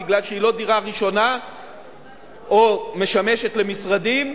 בגלל שהיא לא דירה ראשונה או משמשת למשרדים,